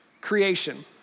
creation